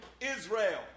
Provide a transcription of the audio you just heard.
Israel